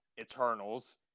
Eternals